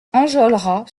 enjolras